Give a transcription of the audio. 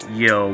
yo